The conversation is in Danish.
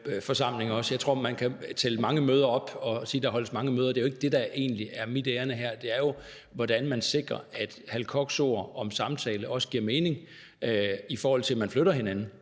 Jeg tror, man kan tælle mange møder op og sige, at der holdes mange møder. Det er jo ikke det, der egentlig er mit ærinde her. Det er jo, hvordan man sikrer, at Hal Kochs ord om samtale også giver mening, i forhold til at man flytter hinanden.